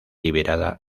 liberada